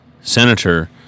senator